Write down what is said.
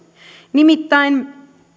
nimittäin